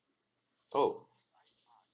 oh